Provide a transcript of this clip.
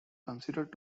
considered